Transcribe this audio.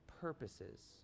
purposes